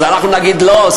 אז אנחנו נגיד: לא,